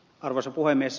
arvoisa puhemies